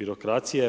birokracije